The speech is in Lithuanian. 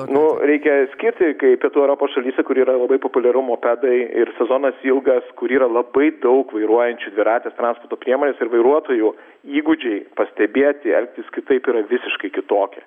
nu reikia skirti kai pietų europos šalyse kur yra labai populiaru mopedai ir sezonas ilgas kur yra labai daug vairuojančių dvirates transporto priemones ir vairuotojų įgūdžiai pastebėti elgtis kitaip yra visiškai kitoki